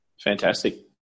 Fantastic